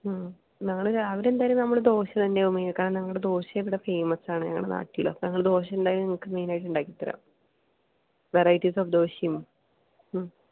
ഞങ്ങൾ രാവിലെ എന്തായാലും നമ്മൾ ദോശ തന്നെയാവും മെയിൻ ആയിട്ട് കാരണം ഞങ്ങളുടെ ദോശ ഇവിടെ ഫേമസ് ആണ് ഞങ്ങളുടെ നാട്ടിൽ ഞങ്ങൾ ദോശ എന്തായാലും നിങ്ങൾക്ക് മെയിൻ ആയിട്ട് ഉണ്ടാക്കി തരാം വെറൈറ്റീസ് ഓഫ് ദോശയും